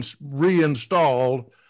reinstalled